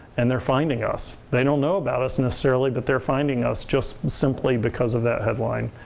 and they're finding us. they don't know about us necessarily but they're finding us just simply because of that headline.